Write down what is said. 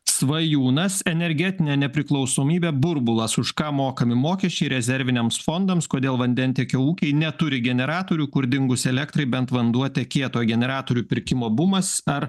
svajūnas energetinė nepriklausomybė burbulas už ką mokami mokesčiai rezerviniams fondams kodėl vandentiekio ūkiai neturi generatorių kur dingus elektrai bent vanduo tekėtų o generatorių pirkimo bumas ar